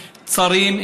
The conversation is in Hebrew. צרים,